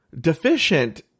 deficient